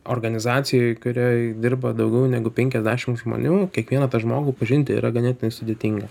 organizacijoj kurioj dirba daugiau negu penkiasdešim žmonių kiekvieną tą žmogų pažinti yra ganėtinai sudėtinga